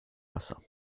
wasser